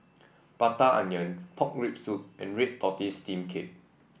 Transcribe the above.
Prata Onion Pork Rib Soup and red tortoise steam cake